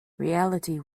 reality